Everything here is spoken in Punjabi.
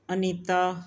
ਅਨੀਤਾ